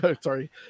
sorry